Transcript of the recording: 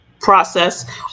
process